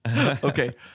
Okay